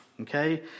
Okay